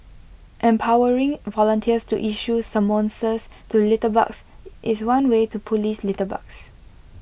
empowering volunteers to issue summonses to litterbugs is one way to Police litterbugs